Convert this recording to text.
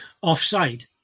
offside